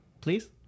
Please